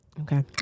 Okay